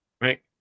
right